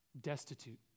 destitute